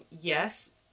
yes